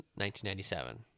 1997